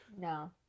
No